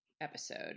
episode